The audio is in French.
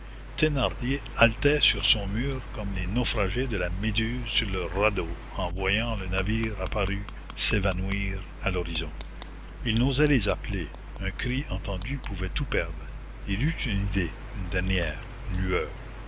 thénardier haletait sur son mur comme les naufragés de la méduse sur leur radeau en voyant le navire apparu s'évanouir à l'horizon il n'osait les appeler un cri entendu pouvait tout perdre il eut une idée une dernière une lueur